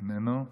איננו.